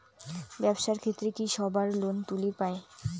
ব্যবসার ক্ষেত্রে কি সবায় লোন তুলির পায়?